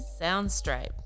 Soundstripe